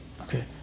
okay